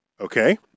Okay